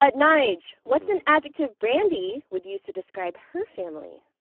ah nyge, what's an adjective brandi would use to describe her family?